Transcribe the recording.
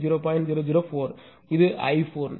004 இது i4